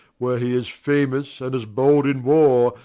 were he as famous, and as bold in warre,